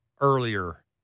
earlier